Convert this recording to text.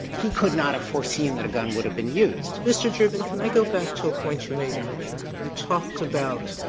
he could not have foreseen that a gun would have been used. sotomayor mr. dreeben, can i go back to a point you made earlier? you talked about